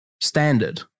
standard